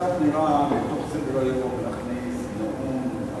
זה קצת נראה, בתוך סדר-היום להכניס נאום על